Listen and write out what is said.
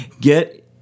Get